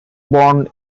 born